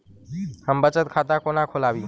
हम बचत खाता कोना खोलाबी?